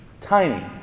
Tiny